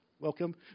welcome